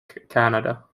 canada